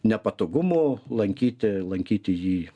nepatogumų lankyti lankyti jį